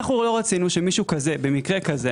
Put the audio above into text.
אנחנו לא רצינו שמישהו כזה במקרה כזה